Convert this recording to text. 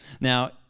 Now